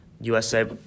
usa